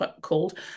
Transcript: Called